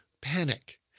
panic